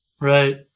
Right